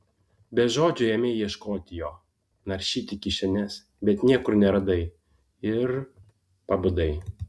be žodžių ėmei ieškoti jo naršyti kišenes bet niekur neradai ir pabudai